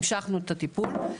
המשכנו את הטיפול,